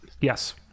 Yes